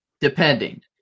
depending